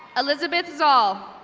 elizabeth sall.